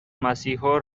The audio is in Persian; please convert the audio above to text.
مسیحا